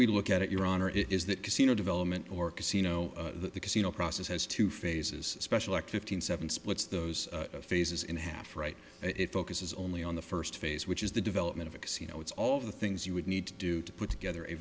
we look at it your honor is that casino development or casino that the casino process has two phases special active hundred seven splits those phases in half right it focuses only on the first phase which is the development of a casino it's all the things you would need to do to put together a